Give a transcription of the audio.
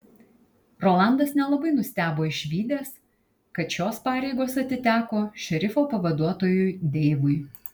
rolandas nelabai nustebo išvydęs kad šios pareigos atiteko šerifo pavaduotojui deivui